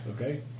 Okay